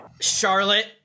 Charlotte